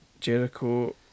Jericho